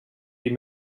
die